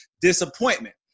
disappointment